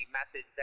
message